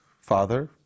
father